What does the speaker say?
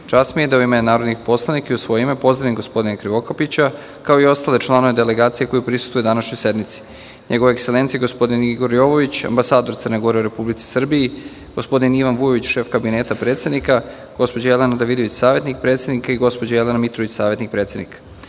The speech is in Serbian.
mi je da, u ime narodnih poslanika i u svoje ime, pozdravim gospodina Ranka Krivokapića, kao i ostale članove delegacije koji prisustvuju današnjoj sednici: njegova ekselencija gospodin Igor Jovović, ambasador Crne Gore u Republici Srbiji, gospodin Ivan Vujović, šef Kabineta predsednika, gospođa Jelena Davidović, savetnik predsednika i gospođa Jelena Mitrović, savetnik predsednika. Molim